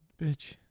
bitch